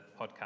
podcast